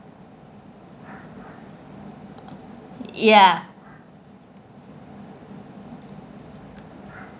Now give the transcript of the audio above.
ya